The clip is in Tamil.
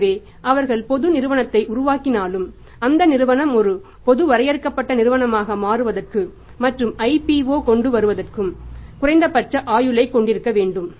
எனவே அவர்கள் பொது நிறுவனத்தை உருவாக்கினாலும் அந்த நிறுவனம் ஒரு பொது வரையறுக்கப்பட்ட நிறுவனமாக மாறுவதற்கும் மற்றும் IPO கொண்டு வருவதற்கும் குறைந்தபட்ச ஆயுளைக் கொண்டிருக்க வேண்டும்